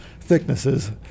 thicknesses